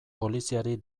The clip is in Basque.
poliziari